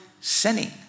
sinning